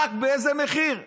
רק באיזה מחיר?